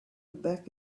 back